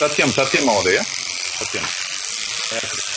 सत्यं सत्यं महोदय सत्यं